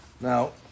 Now